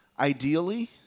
Ideally